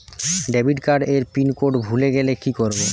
Debit card এর pin code ভুলে গেলে কি করব?